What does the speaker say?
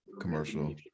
commercial